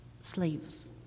slaves